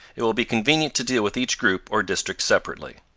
it will be convenient to deal with each group or district separately.